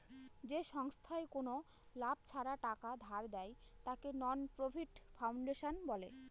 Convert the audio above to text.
যে সংস্থায় কোনো লাভ ছাড়া টাকা ধার দেয়, তাকে নন প্রফিট ফাউন্ডেশন বলে